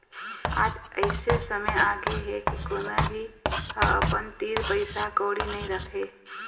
आज अइसे समे आगे हे के कोनो भी ह अपन तीर पइसा कउड़ी नइ राखय